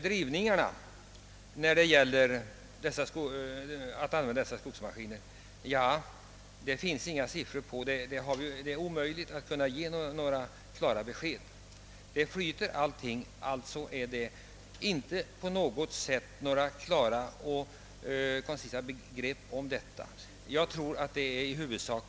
drivningarna kostar vid användandet av dessa skogsmaskiner, så fick jag svaret att det är omöjligt att ge några bestämda besked därom. Det går alltså inte att få några koncisa begrepp om detta, utan det blir bara fråga om gissningar.